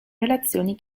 relazioni